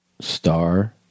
star